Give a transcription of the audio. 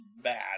bad